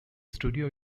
studio